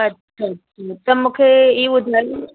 अछा अछा त मूंखे